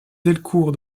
delcourt